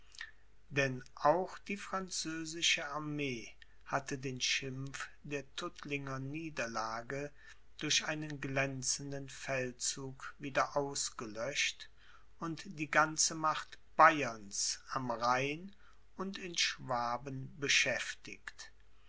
denn auch die französische armee hatte den schimpf der tuttlinger niederlage durch einen glänzenden feldzug wieder ausgelöscht und die ganze macht bayerns am rhein und in schwaben beschäftigt